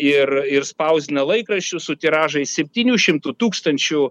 ir ir spausdina laikraščius su tiražai septynių šimtų tūkstančių